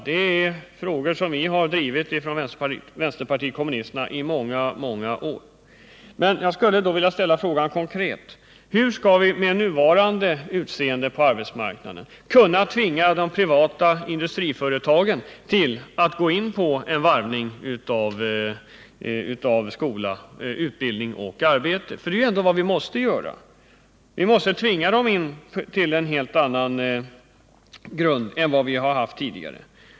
Sådana frågor har vi inom vänsterpartiet kommunisterna drivit under många år. Men jag skulle då vilja fråga: Hur skall vi med nuvarande förhållanden på arbetsmarknaden kunna tvinga de privata industriföretagen att samarbeta när det gäller att varva utbildning och arbete? Det är nämligen vad vi måste göra: vi måste tvinga dem in på ett helt annat synsätt än de haft tidigare.